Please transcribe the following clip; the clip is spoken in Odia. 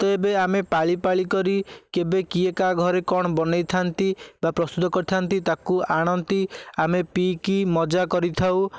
କେବେ ଆମେ ପାଳିପାଳି କରି କେବେ କିଏ କା ଘରେ କ'ଣ ବନାଇ ଥାଆନ୍ତି ବା ପ୍ରସ୍ତୁତ କରିଥାନ୍ତି ତାକୁ ଆଣନ୍ତି ଆମେ ପିଇକି ମଜା କରିଥାଉ